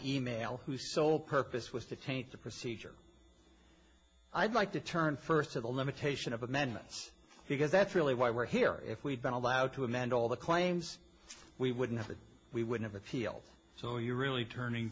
email whose sole purpose was to taint the procedure i'd like to turn first to the limitation of amendments because that's really why we're here if we'd been allowed to amend all the claims we wouldn't have that we would have appealed so you really turning